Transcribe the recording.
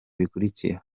bikurikira